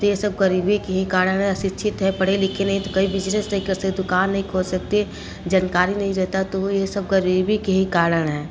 तो ये सब गरीबी की ही कारण है शिक्षित है पढ़े लिखे नहीं तो कहीं बिजनस नहीं कर सकते दुकान नहीं खोल सकते जानकारी नहीं रहता तो ये सब गरीबी के ही कारण हैं